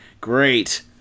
Great